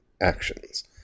actions